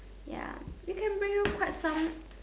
ya you can bring home quite some